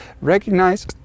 Recognize